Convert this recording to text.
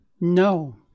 No